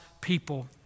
people